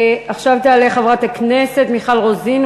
עכשיו תעלה חברת הכנסת מיכל רוזין,